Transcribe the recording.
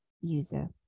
user